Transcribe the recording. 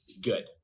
good